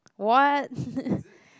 what